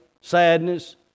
sadness